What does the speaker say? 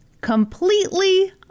Completely